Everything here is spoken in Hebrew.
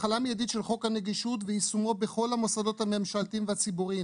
הכלה מיידית של חוק הנגישות ויישומו בכל המוסדות הממשלתיים והציבוריים.